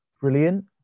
brilliant